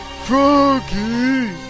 Froggy